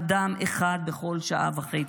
אדם אחד בכל שעה וחצי.